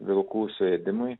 vilkų suėdimai